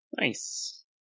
Nice